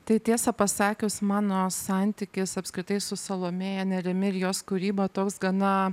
tai tiesa pasakius mano santykis apskritai su salomėja nerimi ir jos kūryba toks gana